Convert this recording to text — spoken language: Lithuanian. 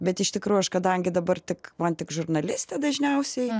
bet iš tikrųjų aš kadangi dabar tik man tik žurnalistė dažniausiai